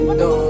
no